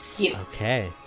okay